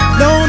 no